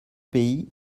pays